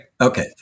Okay